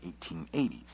1880s